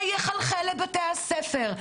זה יחלחל לבתי-הספר,